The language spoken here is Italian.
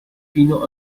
fino